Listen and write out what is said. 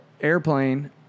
airplane